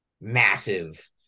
massive